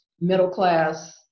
middle-class